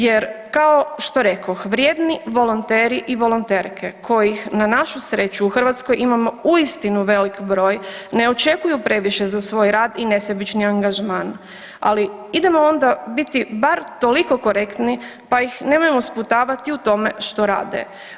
Jer kao što rekoh, vrijedni volonteri i volonterke kojih na našu sreću u Hrvatskoj imamo uistinu velik broj ne očekuju previše za svoj rad i nesebični angažman, ali idemo onda biti bar toliko korektni pa ih nemojmo sputavati u tome što rade.